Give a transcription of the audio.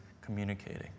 communicating